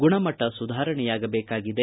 ಗುಣಮಟ್ನ ಸುಧಾರಣೆಯಾಗಬೇಕಾಗಿದೆ